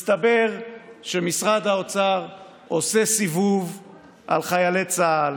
מסתבר שמשרד האוצר עושה סיבוב על חיילי צה"ל